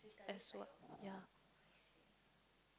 as work